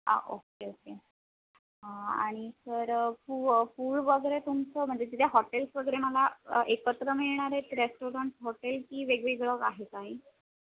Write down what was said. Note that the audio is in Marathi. हां ओके ओके आणि सर फू फूड वगैरे तुमचं म्हणजे तिथे हॉटेल्स वगैरे मला एकत्र मिळणार आहेत रेस्टॉरंट हॉटेल की वेगवेगळं आहे काही